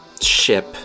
Ship